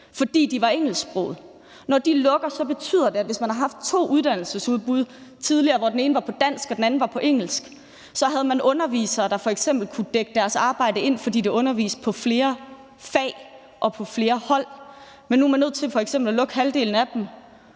fordi de er engelsksprogede. Når de lukker, betyder det, at hvis man har haft to uddannelsesudbud tidligere, hvor det ene var på dansk og det andet på engelsk, så havde man undervisere, der f.eks. kunne dække deres arbejde ind, fordi man underviste i flere fag og på flere hold. Men nu er man nødt til f.eks. at lukke halvdelen af dem,